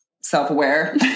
self-aware